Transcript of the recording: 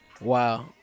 Wow